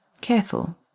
Careful